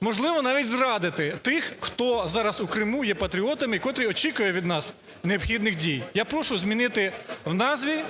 можливо, навіть зрадити тих, хто зараз у Криму є патріотами і котрі очікують від нас необхідних дій. Я прошу змінити в назві…